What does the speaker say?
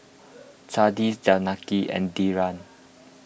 Chandi Janaki and Dhyan